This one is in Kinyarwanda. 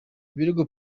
ibirego